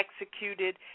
executed